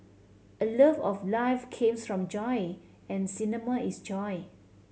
a love of life comes from joy and cinema is joy